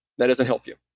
that doesn't help you